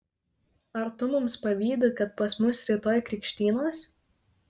ar tu mums pavydi kad pas mus rytoj krikštynos